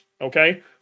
Okay